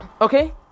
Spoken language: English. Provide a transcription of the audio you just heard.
okay